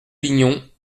lignon